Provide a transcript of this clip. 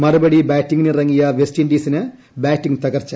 മറുപടി ബാറ്റിംഗിനിറങ്ങിയ വെസ്റ്റിൻഡിസിന് ബാറ്റിംഗ് തകർച്ച